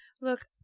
Look